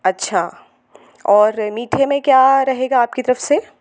अच्छा और मीठे में क्या रहेगा आपकी तरफ से